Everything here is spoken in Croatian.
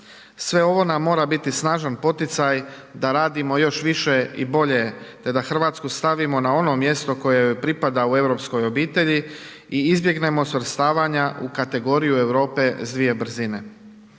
Sve ovo nam mora biti snažan poticaj da radimo još više i bolje te da Hrvatsku stavimo na ono mjesto koje joj pripada u europskoj obitelji i izbjegnemo svrstavanja u kategoriju Europe s dvije brzine.